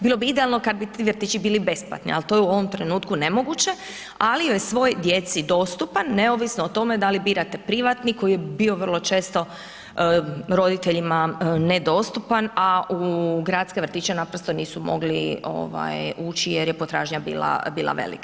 Bilo bi idealno kada bi vratići bili besplatni ali to je u ovom trenutku nemoguće ali je svoj djeci dostupan neovisno o tome da li birate privatni koji je bio vrlo često roditeljima ne dostupan a u gradske vrtiće naprosto nisu mogli ući jer je potražnja bila velika.